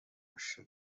مشکل